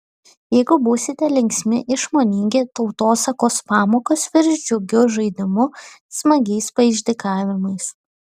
jeigu būsite linksmi išmoningi tautosakos pamokos virs džiugiu žaidimu smagiais paišdykavimais